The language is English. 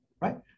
right